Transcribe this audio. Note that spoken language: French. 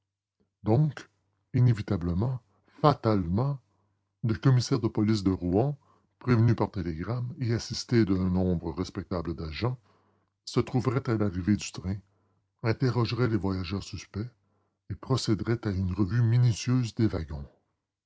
donc inévitablement fatalement le commissaire de police de rouen prévenu par télégramme et assisté d'un nombre respectable d'agents se trouverait à l'arrivée du train interrogerait les voyageurs suspects et procéderait à une revue minutieuse des wagons